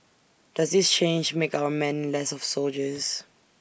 does this change make our men less of soldiers